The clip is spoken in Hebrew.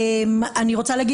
אנחנו,